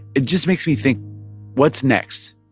it just makes me think what's next?